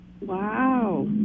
Wow